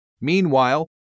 Meanwhile